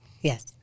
Yes